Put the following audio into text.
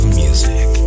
music